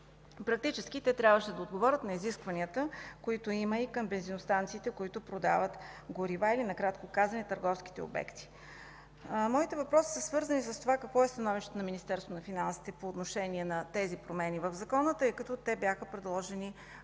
Практически те трябваше да отговорят на изискванията, които има и към бензиностанциите, които продават горива или накратко казано „търговските обекти”. Въпросите ми са: какво е становището на Министерството на финансите по отношение на тези промени в Закона, тъй като те бяха предложени